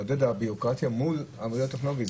המדד הביורוקרטי מול המדד הטכנולוגי.